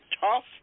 tough